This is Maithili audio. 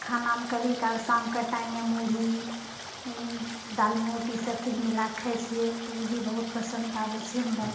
खानामे कभी काल शामके टाइममे मुरही दालमोठ ई सब चीज मिलाकऽ खाइ छिए ई भी बहुत पसन्द आबै छै हमराके